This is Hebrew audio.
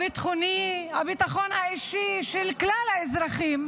הביטחוני, הביטחון האישי של כלל האזרחים,